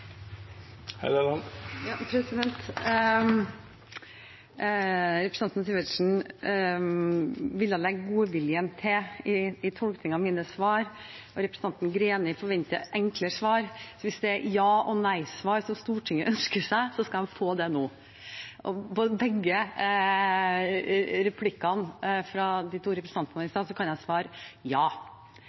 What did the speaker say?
Representanten Sivertsen ville legge godviljen til i tolkningen av mine svar, og representanten Greni forventer enklere svar. Hvis det er ja- og nei-svar Stortinget ønsker seg, skal de få det nå. På begge replikkene fra de to representantene i stad kan jeg svare ja.